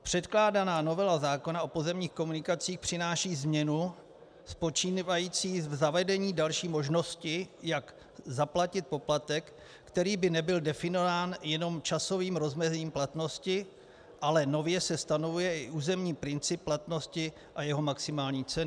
Předkládaná novela zákona o pozemních komunikacích přináší změnu spočívající v zavedení další možnosti, jak zaplatit poplatek, který by nebyl definován jenom časovým rozmezím platnosti, ale nově se stanovuje i územní princip platnosti a jeho maximální ceny.